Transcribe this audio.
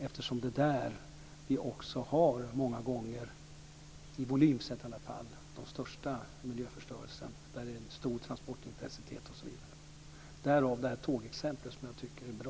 Det är ju där den största miljöförstörelsen finns många gånger, åtminstone om man ser till volym, med hög transportintensitet osv. Därav tågexemplet, som jag tycker är bra.